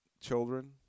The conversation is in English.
children